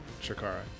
Shakara